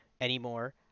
anymore